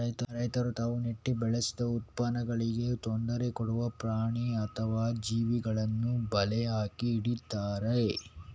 ರೈತರು ತಾವು ನೆಟ್ಟು ಬೆಳೆಸಿದ ಉತ್ಪನ್ನಗಳಿಗೆ ತೊಂದ್ರೆ ಕೊಡುವ ಪ್ರಾಣಿ ಅಥವಾ ಜೀವಿಗಳನ್ನ ಬಲೆ ಹಾಕಿ ಹಿಡೀತಾರೆ